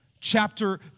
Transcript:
chapter